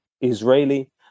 israeli